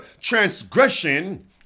transgression